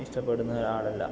ഇഷ്ട്ടപ്പെടുന്ന ഒരാളല്ല